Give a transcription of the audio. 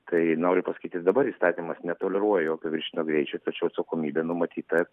tai noriu pasakyti ir dabar įstatymas netoleruoja jokio viršytino greičio tačiau atsakomybė numatyta